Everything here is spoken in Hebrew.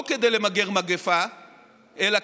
לא כדי למגר מגפה אלא,